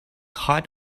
hot